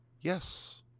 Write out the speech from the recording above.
Yes